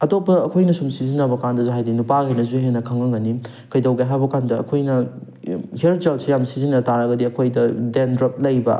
ꯑꯇꯣꯞꯄ ꯑꯩꯈꯣꯏꯅ ꯁꯨꯝ ꯁꯤꯖꯟꯅꯕ ꯀꯥꯟꯗ ꯍꯥꯏꯗꯤ ꯅꯨꯄꯥꯉꯩꯅꯁꯨ ꯍꯦꯟꯅ ꯈꯪꯉꯝꯒꯅꯤ ꯀꯩꯗꯧꯒꯦ ꯍꯥꯏꯕ ꯀꯥꯟꯗ ꯑꯩꯈꯣꯏꯅ ꯍꯤꯌꯔ ꯖꯣꯜꯁꯦ ꯌꯥꯝ ꯁꯤꯖꯟꯅ ꯇꯥꯔꯒꯗꯤ ꯑꯩꯈꯣꯏꯗ ꯗ꯭ꯔꯦꯟꯗ꯭ꯔꯞ ꯂꯩꯕ